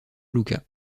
luka